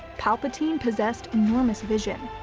palpatine possessed enormous vision,